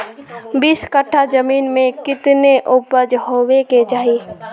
बीस कट्ठा जमीन में कितने उपज होबे के चाहिए?